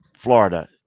Florida